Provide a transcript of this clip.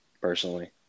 personally